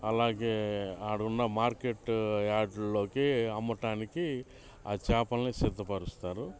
అలాగే అక్కడున్న మార్కెట్ యార్డ్ల్లోకి అమ్మటానికి ఆ చాపల్ని సిద్ధపరుస్తారు